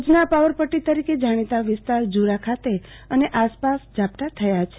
ભુજનાં પાવરપટ્ટી તરીકે જાણીતા વિસ્તાર ઝુરા ખાતે અને આસપાસ ઝાપટા થયા છે